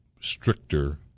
stricter